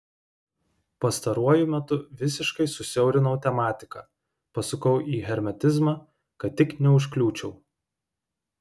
pastaruoju metu visiškai susiaurinau tematiką pasukau į hermetizmą kad tik neužkliūčiau